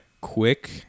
quick